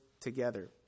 together